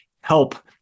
help